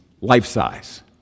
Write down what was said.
life-size